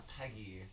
Peggy